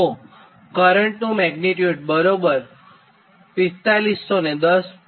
તો કરંટનું મેગ્નીટ્યુડ બરાબર 4500 ને 10